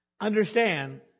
Understand